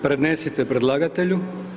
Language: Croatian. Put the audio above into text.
Prenesite predlagatelju.